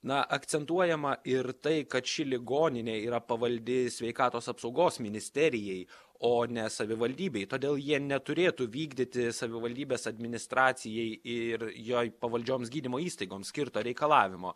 na akcentuojama ir tai kad ši ligoninė yra pavaldi sveikatos apsaugos ministerijai o ne savivaldybei todėl jie neturėtų vykdyti savivaldybės administracijai ir jai pavaldžioms gydymo įstaigoms skirto reikalavimo